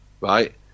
Right